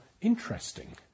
interesting